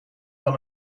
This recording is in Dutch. van